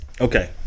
Okay